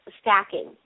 stacking